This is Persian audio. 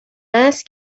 است